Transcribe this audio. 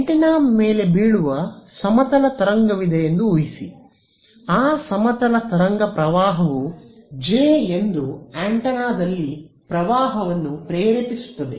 antenna ಮೇಲೆ ಬೀಳುವ ಸಮತಲ ತರಂಗವಿದೆ ಎಂದು ಊಹಿಸಿ ಆ ಸಮತಲ ತರಂಗ ಪ್ರವಾಹವು ಜೆ ಎಂದು ಆಂಟೆನಾದಲ್ಲಿ ಪ್ರವಾಹವನ್ನು ಪ್ರೇರೇಪಿಸುತ್ತದೆ